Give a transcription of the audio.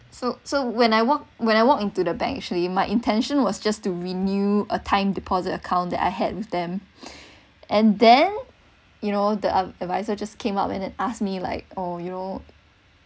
so so when I walk when I walked into the bank actually my intention was just to renew a time deposit account that I had with them and then you know the adviser just came up and then asked me like oh your